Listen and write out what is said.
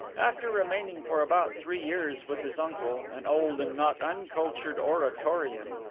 after remaining for about three years with his uncle, an old and not uncultured oratorian,